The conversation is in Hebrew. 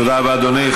תודה רבה, אדוני.